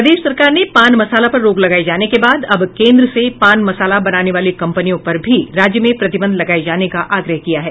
प्रदेश सरकार ने पान मसाला पर रोक लगाए जाने के बाद अब केंद्र से पान मसाला बनाने वाली कंपनियों पर भी राज्य में प्रतिबंध लगाए जाने का आग्रह किया है